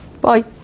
Bye